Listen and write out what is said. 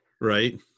right